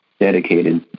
dedicated